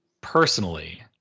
personally